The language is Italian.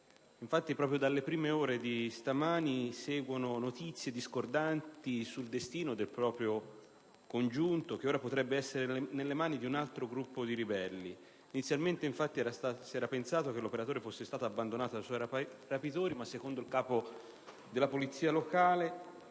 infatti, proprio dalle prime ore di stamani, seguono notizie discordanti sul destino del proprio congiunto, che ora potrebbe essere nelle mani di un altro gruppo di ribelli. Inizialmente si era pensato infatti che l'operatore fosse stato abbandonato dai suoi rapitori, ma secondo il capo della polizia locale